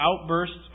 outbursts